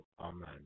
Amen